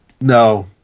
no